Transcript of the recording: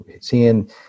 seeing